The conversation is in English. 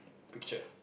picture